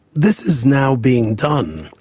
this is now being done,